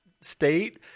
state